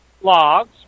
logs